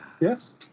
Yes